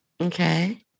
Okay